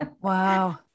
Wow